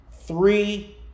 three